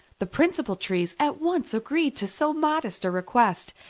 the principal trees at once agreed to so modest a request,